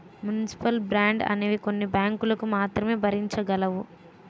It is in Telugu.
మున్సిపల్ బాండ్స్ అనేవి కొన్ని బ్యాంకులు మాత్రమే భరించగలవు